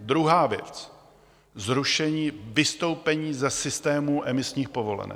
Druhá věc: zrušení, vystoupení ze systému emisních povolenek.